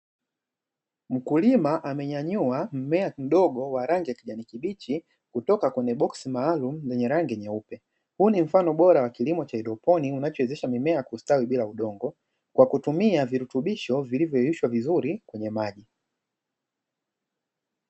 Mkulima amenyanyua mmea mdogo wa rangi ya kijani kibichi, kutoka kwenye boksi maalumu lenye rangi nyeupe. Huu ni mfano bora wa kilimo cha haidroponi unachowezesha mimea kustawi bila udongo, kwa kutumia virutubisho vilivyoyeyushwa vizuri kwenye maji.